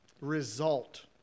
result